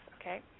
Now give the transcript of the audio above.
okay